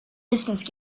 distance